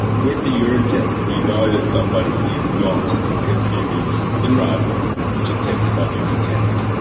with the urine tests, you know that somebody is not consuming the drug which is tested by the urine test.